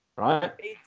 Right